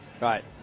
Right